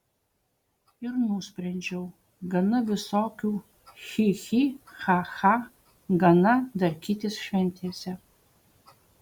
ir nusprendžiau gana visokių chi chi cha cha gana darkytis šventėse